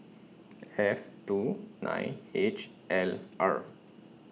F two nine H L R